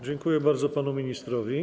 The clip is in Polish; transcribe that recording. Dziękuję bardzo panu ministrowi.